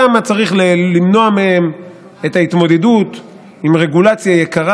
כמה צריך למנוע מהם את ההתמודדות עם רגולציה יקרה,